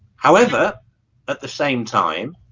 however at the same time